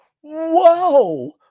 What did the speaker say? Whoa